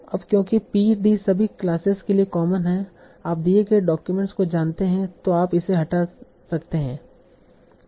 अब क्योंकि P d सभी क्लासेस के लिए कॉमन है आप दिए गए डॉक्यूमेंट को जानते हैं तों आप इसे हटा सकते है